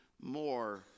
more